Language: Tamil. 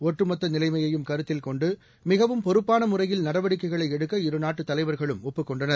ஒட்டுமொத்த நிலைமையையும் கருத்தில் கொண்டு மிகவும் பொறுப்பான முறையில் நடவடிக்கைகளை எடுக்க இருநாட்டு தலைவர்களும் ஒப்புக் கொண்டனர்